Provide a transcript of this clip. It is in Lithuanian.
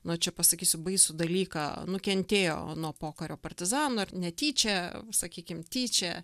nu čia pasakysiu baisų dalyką nukentėjo nuo pokario partizanų ar netyčia sakykim tyčia